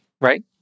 right